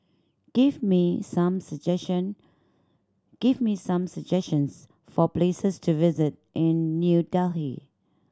give me some suggestion give me some suggestions for places to visit in New Delhi